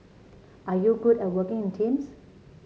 are you good at working in teams